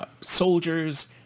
soldiers